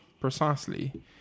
Precisely